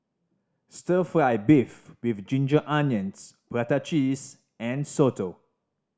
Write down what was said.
Stir Fry beef with ginger onions prata cheese and soto